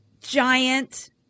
giant